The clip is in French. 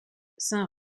saint